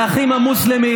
לאחים המוסלמים?